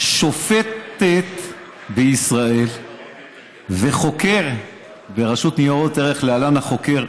שופטת בישראל וחוקר ברשות ניירות ערך להלן: החוקר,